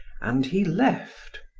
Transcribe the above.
and he left.